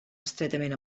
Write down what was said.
estretament